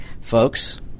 Folks